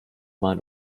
mal